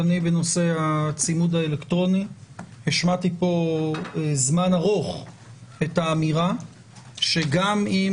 שאני בנושא הצימוד האלקטרוני השמעתי פה זמן ארוך את האמירה שגם אם